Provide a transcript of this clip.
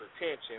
attention